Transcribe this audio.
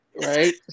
Right